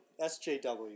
SJW